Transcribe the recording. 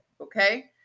okay